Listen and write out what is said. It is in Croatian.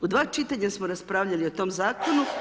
U dva čitanja smo raspravljali o tom Zakonu.